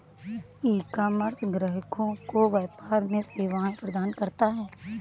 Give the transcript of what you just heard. ecommerce ग्राहकों को व्यापार में सेवाएं प्रदान करता है